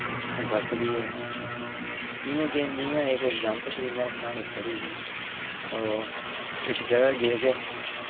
गलत बी हे इ'आं गै जियां में इक एक्जाम्पल देया कहानी पढ़ी ही इक जगहा गे ते